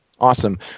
Awesome